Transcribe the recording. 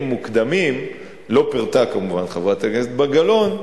מוקדמים לא פירטה כמובן חברת הכנסת גלאון,